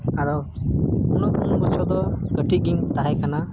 ᱟᱫᱚ ᱩᱱ ᱵᱚᱪᱷᱚᱨ ᱫᱚ ᱠᱟᱹᱴᱤᱡ ᱜᱤᱧ ᱛᱟᱦᱮᱸᱠᱟᱱᱟ